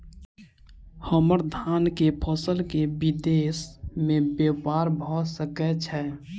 हम्मर धान केँ फसल केँ विदेश मे ब्यपार भऽ सकै छै?